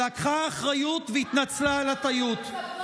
שלקחה אחריות והתנצלה על הטעות.